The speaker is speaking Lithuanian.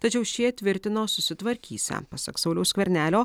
tačiau šie tvirtino susitvarkysią pasak sauliaus skvernelio